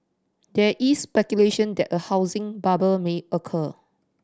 there is speculation that a housing bubble may occur